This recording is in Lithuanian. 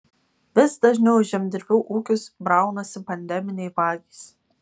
vis dažniau į žemdirbių ūkius braunasi pandeminiai vagys